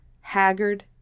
haggard